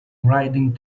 grinding